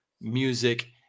music